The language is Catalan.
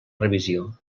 revisió